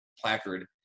placard